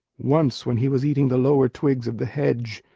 once when he was eating the lower twigs of the hedge,